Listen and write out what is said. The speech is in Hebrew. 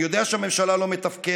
אני יודע שהממשלה לא מתפקדת,